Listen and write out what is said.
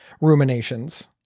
ruminations